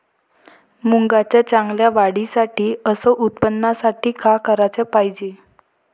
मुंगाच्या चांगल्या वाढीसाठी अस उत्पन्नासाठी का कराच पायजे?